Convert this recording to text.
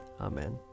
Amen